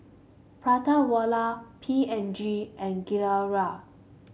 Prata Wala P and G and Gilera